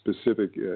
specific